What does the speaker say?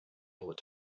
bullet